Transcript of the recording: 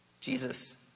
Jesus